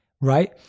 Right